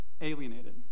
alienated